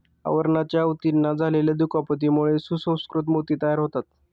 आवरणाच्या ऊतींना झालेल्या दुखापतीमुळे सुसंस्कृत मोती तयार होतात